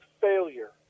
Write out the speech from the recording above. failure